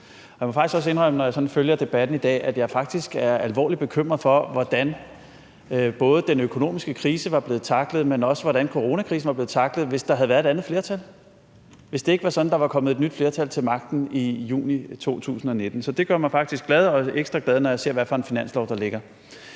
Jeg må også indrømme, at når jeg sådan følger debatten i dag, er jeg faktisk alvorligt bekymret for, både hvordan den økonomiske krise var blevet tacklet, men også hvordan coronakrisen var blevet tacklet, hvis der havde været et andet flertal – hvis det ikke var sådan, at der var kommet et nyt flertal til magten i juni 2019. Så det gør mig faktisk glad og ekstra glad, når jeg ser, hvad for en finanslov der ligger.